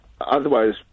Otherwise